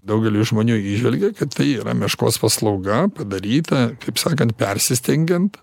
daugeliui žmonių įžvelgia kad tai yra meškos paslauga padaryta kaip sakant persistengiant